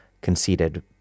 conceded